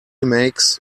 makes